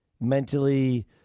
Mentally